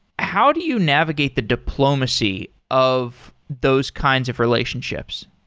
how do you navigate the diplomacy of those kinds of relationships?